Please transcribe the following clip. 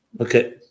Okay